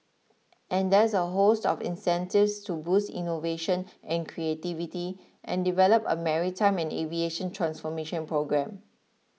and there's a host of incentives to boost innovation and creativity and develop a maritime and aviation transformation programme